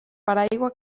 paraigua